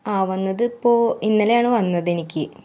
ആ വന്നത് ഇപ്പോൾ ഇന്നലെയാണ് വന്നത് എനിക്ക്